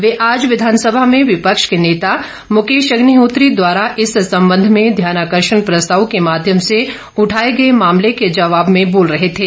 वे आज विधानसभा में विपक्ष के नेता मुकेश अग्निहोत्री द्वारा इस संबंध में ध्यानाकर्षण प्रस्ताव के माध्यम से उठाए गए मामले के जवाब में बोल रहे थे